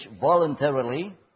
voluntarily